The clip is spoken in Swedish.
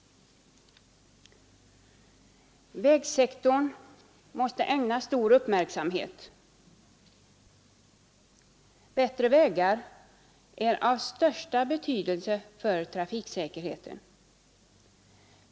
Vägsektorn måste ägnas stor uppmärksamhet. Bättre vägar är av största betydelse för trafiksäkerheten.